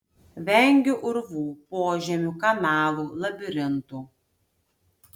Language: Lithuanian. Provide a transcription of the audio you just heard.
vengiu urvų požemių kanalų labirintų